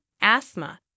asthma